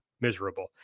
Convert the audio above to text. miserable